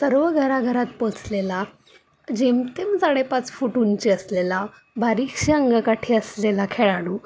सर्व घराघरात पोहोचलेला जेमतेम साडेपाच फुट उंची असलेला बारीकशी अंगकाठी असलेला खेळाडू